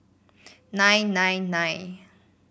nine nine nine